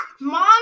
Mom